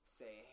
say